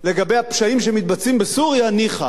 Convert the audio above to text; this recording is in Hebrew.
לגבי הפשעים שמתבצעים בסוריה, ניחא.